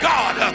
God